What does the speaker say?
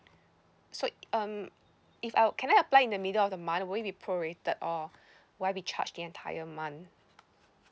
so um if I'll can I apply in the middle of the month will it be prorated or will I be charged the entire month